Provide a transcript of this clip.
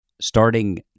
starting